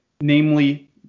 namely